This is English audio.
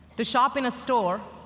to shop in a store,